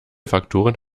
faktoren